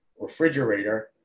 refrigerator